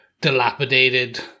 dilapidated